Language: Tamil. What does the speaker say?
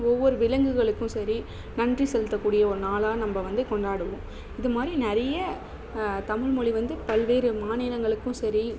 ஒவ்வொரு விலங்குகளுக்கும் சரி நன்றி செலுத்தக்கூடிய ஒரு நாளாக நம்ம வந்து கொண்டாடுவோம் இது மாதிரி நிறைய தமிழ் மொழி வந்து பல்வேறு மாநிலங்களுக்கும் சரி